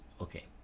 okay